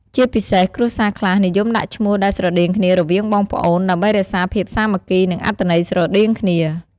ជាពិសេសគ្រួសារខ្លះនិយមដាក់ឈ្មោះដែលស្រដៀងគ្នារវាងបងប្អូន ដើម្បីរក្សាភាពសាមគ្គី និងអត្ថន័យស្រដៀងគ្នា។